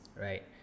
right